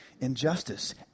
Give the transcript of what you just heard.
Injustice